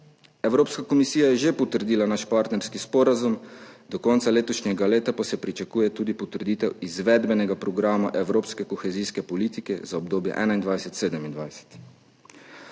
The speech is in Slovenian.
Evropska komisija je že potrdila naš partnerski sporazum, do konca letošnjega leta pa se pričakuje tudi potrditev izvedbenega programa evropske kohezijske politike za obdobje 2021–2027.